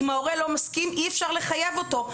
אם ההורה לא מסכים, אי-אפשר לחייב אותו.